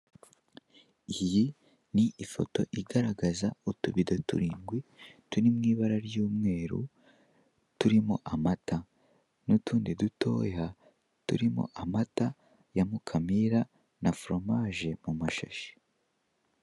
Iyi ni ifoto igaragaza udubido turindwi turi mu ibara ry'umweru turimo amata n'utundi dutoya turimo amata ya Mukamira na foromaje mu mashashi.